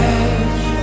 edge